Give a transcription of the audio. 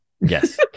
yes